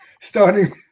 starting